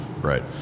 Right